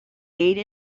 ate